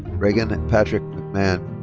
reagan patrick mcmahon.